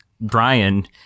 Brian